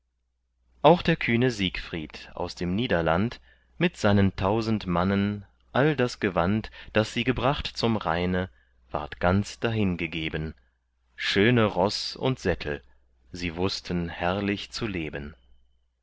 auch der kühne siegfried aus dem niederland mit seinen tausend mannen all das gewand das sie gebracht zum rheine ward ganz dahin gegeben schöne ross und sättel sie wußten herrlich zu leben